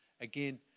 again